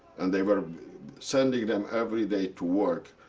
and they were sending them every day to work,